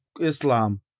Islam